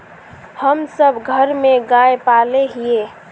हम सब घर में गाय पाले हिये?